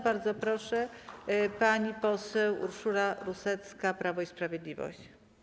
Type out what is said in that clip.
Bardzo proszę, pani poseł Urszula Rusecka, Prawo i Sprawiedliwość.